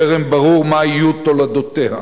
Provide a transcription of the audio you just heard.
טרם ברור מה יהיו תולדותיה.